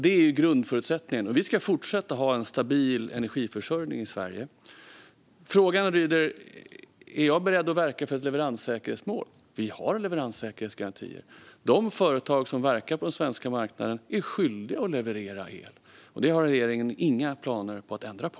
Det är grundförutsättningarna. Vi ska fortsätta att ha en stabil energiförsörjning i Sverige. Frågan lyder: Är jag beredd att verka för ett leveranssäkerhetsmål? Vi har leveranssäkerhetsgarantier. De företag som verkar på den svenska marknaden är skyldiga att leverera el. Det har regeringen inga planer att ändra på.